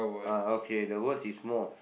uh okay the words is small